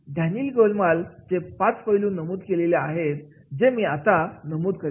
Daniel Goleman पाच पैलू नमूद केले आहेतजे मी आता नमूद केले